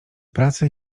pracy